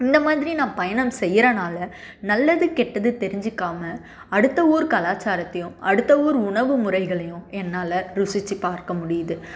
இந்த மாதிரி நான் பயணம் செய்யறனால் நல்லது கெட்டது தெரிஞ்சிக்காமல் அடுத்த ஊர் கலாச்சாரத்தையும் அடுத்த ஊர் உணவு முறைகளையும் என்னால் ருசித்து பார்க்க முடியுது